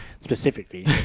specifically